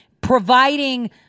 providing